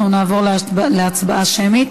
אנחנו נעבור להצבעה שמית.